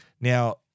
Now